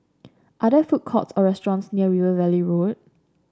are there food courts or restaurants near River Valley Road